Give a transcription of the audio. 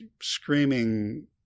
screaming